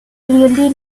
really